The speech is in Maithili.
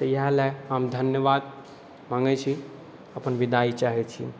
तऽ एहिलए हम धन्यवाद माँगै छी अपन विदाइ चाहै छी